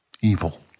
evil